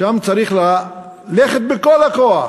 שם צריך ללכת בכל הכוח.